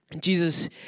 Jesus